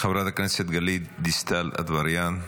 חברת הכנסת גלית דיסטל אטבריאן.